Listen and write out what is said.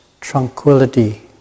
tranquility